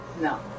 No